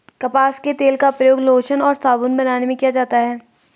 कपास के तेल का प्रयोग लोशन और साबुन बनाने में किया जाता है